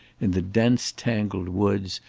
in the dense, tangled woods,